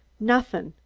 nothin'.